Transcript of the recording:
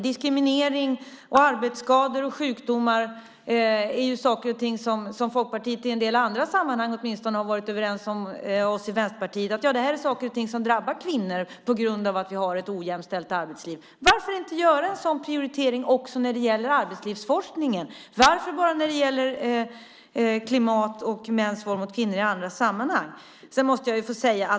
Diskriminering, arbetsskador och sjukdomar är saker som Folkpartiet, i en del andra sammanhang åtminstone, har varit överens med oss i Vänsterpartiet om att det är saker och ting som drabbar kvinnor på grund av att vi har ett ojämställt arbetsliv. Varför inte göra en sådan prioritering också när det gäller arbetslivsforskningen utan bara när det gäller klimat och mäns våld mot kvinnor i andra sammanhang?